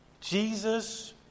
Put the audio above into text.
Jesus